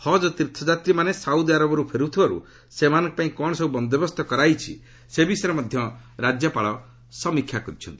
ହଜ୍ ତୀର୍ଥଯାତ୍ରୀମାନେ ସାଉଦିଆରବରରୁ ଫେରୁଥିବାରୁ ସେମାନଙ୍କ ପାଇଁ କ'ଣ ସବ୍ ବନ୍ଦୋବ୍ୟସ୍ତ କରାଯାଇଛି ସେ ବିଷୟରେ ମଧ୍ୟ ରାଜ୍ୟପାଳ ସମୀକ୍ଷା କରିଛନ୍ତି